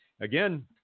Again